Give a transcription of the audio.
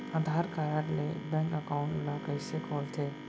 आधार card ले bank account ल कइसे खोलथे?